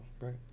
right